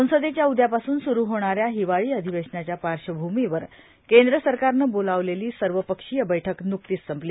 संसदेच्या उदयापासून सुरु होणा या हिवाळी अधिवेशनाच्या पार्श्वभूमीवर केंद्र सरकारनं बोलवलेली सर्वपक्षीय बैठक न्कतीच संपली